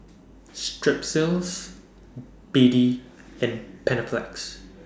Strepsils B D and Panaflex